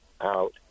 out